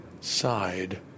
side